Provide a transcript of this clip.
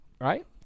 right